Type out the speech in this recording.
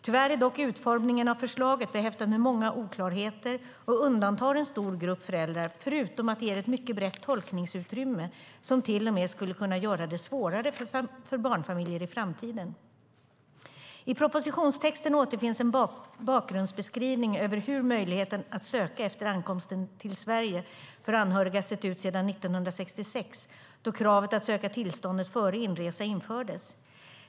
Tyvärr är dock utformningen av förslaget behäftat med många oklarheter och undantar en stor grupp föräldrar förutom att det ger ett mycket brett tolkningsutrymme som till och med skulle kunna göra det svårare för barnfamiljer i framtiden. I propositionstexten återfinns en bakgrundsbeskrivning över hur möjligheten att söka efter ankomsten till Sverige för anhöriga sett ut sedan 1966 då kravet att söka tillståndet före inresa infördes.